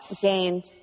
gained